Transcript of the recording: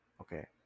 Okay